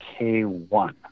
K1